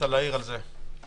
רוצה להעיר על זה.